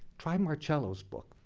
try marcello's book.